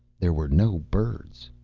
there were no birds.